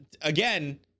again